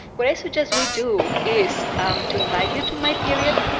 what i suggest we do is to invite you to my period,